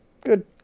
Good